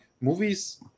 movies